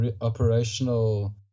operational